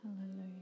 Hallelujah